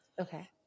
Okay